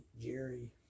Jerry